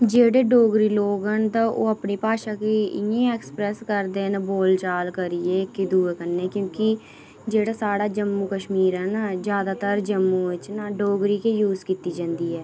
जेह्ड़े डोगरे लोग न तां ओह् अपनी भाशा गी इयां गै ऐक्सप्रैस करदे न बोलचाल करियै कि दूए कन्नै क्योंकि जेह्ड़ा साढ़ा जम्मू कश्मीर ऐ ना ज्यादातर जम्मू च ना डोगरी गै यूज कीती जंदी ऐ